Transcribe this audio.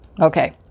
Okay